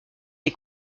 est